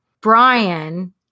Brian